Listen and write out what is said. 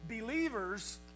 believers